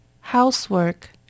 Housework